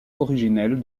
originel